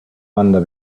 under